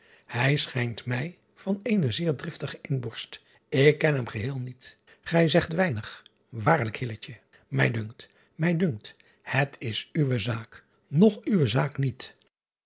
hij schijnt mij van eene zeer driftige inborst ik ken hem geheel niet gij zeet weinig waarlijk mij driaan oosjes zn et leven van illegonda uisman dunkt mij dunkt het is uwe zaak nog uwe zaak niet